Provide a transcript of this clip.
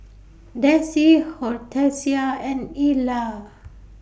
Dessie Hortensia and Ila